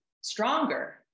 stronger